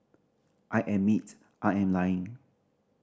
I admit I am lying